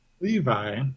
Levi